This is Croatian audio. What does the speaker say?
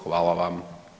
Hvala vam.